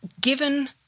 Given